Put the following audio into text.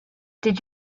did